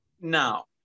Now